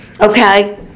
Okay